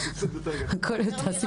הסבסוד גדול יותר.